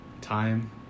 time